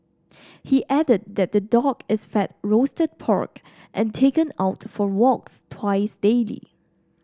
he added that the dog is fed roasted pork and taken out for walks twice daily